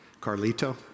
Carlito